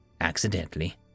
accidentally